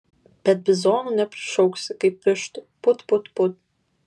bet bizonų neprišauksi kaip vištų put put put